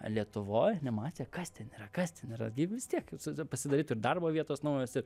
lietuvoj nematė kas ten yra kas ten yra gi vis tiek zodžiu pasidarytų ir darbo vietos naujos ir